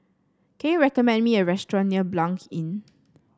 can you recommend me a restaurant near Blanc Inn